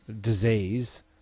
disease